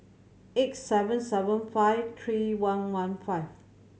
eight seven seven five three one one five